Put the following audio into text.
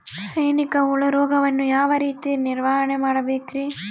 ಸೈನಿಕ ಹುಳು ರೋಗವನ್ನು ಯಾವ ರೇತಿ ನಿರ್ವಹಣೆ ಮಾಡಬೇಕ್ರಿ?